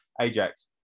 Ajax